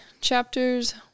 chapters